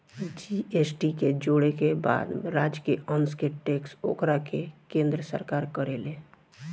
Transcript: GST के जोड़े के बाद राज्य के अंस के टैक्स ओकरा के केन्द्र सरकार करेले